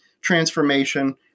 transformation